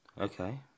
Okay